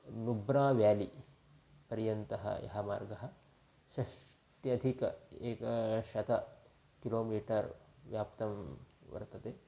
मुब्रा व्याली पर्यन्तः यः मार्गः षष्ट्यधिक एकशतं किलोमीटर् व्याप्तं वर्तते